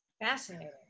fascinating